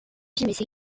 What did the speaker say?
séries